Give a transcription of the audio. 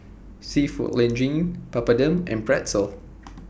Seafood Linguine Papadum and Pretzel